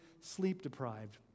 sleep-deprived